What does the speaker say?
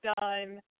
done